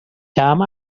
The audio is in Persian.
طعم